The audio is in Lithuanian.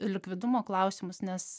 likvidumo klausimus nes